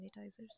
sanitizers